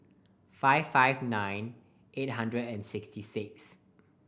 five five nine eight six six